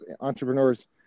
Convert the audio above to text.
entrepreneurs